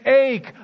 ache